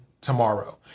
tomorrow